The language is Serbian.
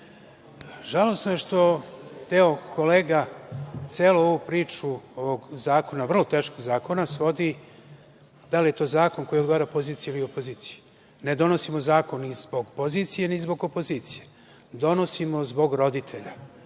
žalosno je što kolega celu ovu priču ovog zakona, vrlo teškog zakona, svodi na to da li je to zakon koji odgovara poziciji ili opoziciji. Ne donosimo zakon ni zbog pozicije ni zbog opozicije, donosimo zbog roditelja,